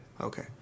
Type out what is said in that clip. Okay